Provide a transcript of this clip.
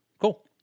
Cool